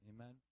Amen